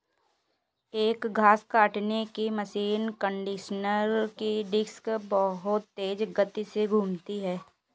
एक घास काटने की मशीन कंडीशनर की डिस्क बहुत तेज गति से घूमती है